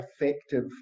effective